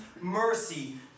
mercy